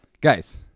Guys